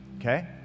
Okay